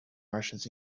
martians